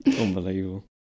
Unbelievable